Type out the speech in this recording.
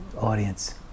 audience